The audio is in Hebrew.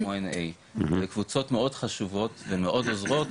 כמו A.N אלה קבוצות מאוד חשובות ומאוד עוזרות,